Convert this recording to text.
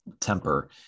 temper